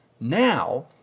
Now